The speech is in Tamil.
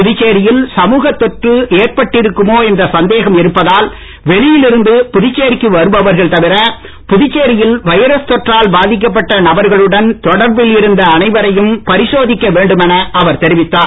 புதுச்சேரியில் சமூகத்தொற்று ஏற்பட்டிருக்குமோ என்ற சந்தேகம் இருப்பதால் வெளியிலிருந்து புதுச்சேரிக்கு வருபவர்கள் தவிர புதுச்சேரியில் வைரஸ் தொற்றால் பாதிக்கப்பட்ட நபர்களுடன் தொடர்பில் இருந்த அனைவரையும் பரிசோதிக்க வேண்டுமென அவர் தெரிவித்தார்